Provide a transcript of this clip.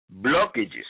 blockages